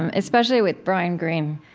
and especially with brian greene,